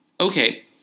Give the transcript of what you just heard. okay